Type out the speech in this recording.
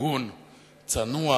הגון, צנוע,